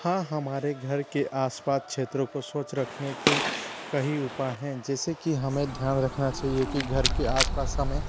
हाँ हमारे घर के आसपास क्षेत्रों को स्वच्छ रखने के कई उपाय हैं जैसे कि हमें ध्यान रखना चाहिए कि घर के आसपास हमें